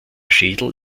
schädel